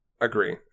agree